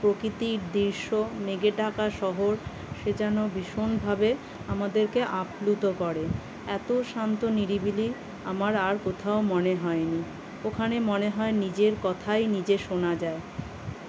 প্রকৃতির দৃশ্য মেঘে ঢাকা শহর সে যেন ভীষণভাবে আমাদেরকে আপ্লুত করে এতো শান্ত নিরিবিলি আমার আর কোথাও মনে হয় নি ওখানে মনে হয় নিজের কথাই নিজে শোনা যায়